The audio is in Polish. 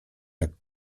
tak